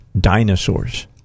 dinosaurs